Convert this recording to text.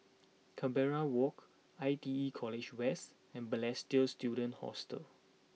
Canberra Walk I T E College West and Balestier Student Hostel